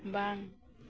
ᱵᱟᱝ